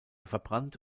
verbrannt